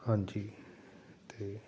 ਹਾਂਜੀ ਅਤੇ